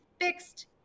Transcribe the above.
fixed